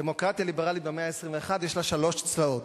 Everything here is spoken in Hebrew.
דמוקרטיה ליברלית במאה ה-21, יש לה שלוש צלעות.